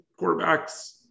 quarterbacks